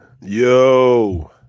Yo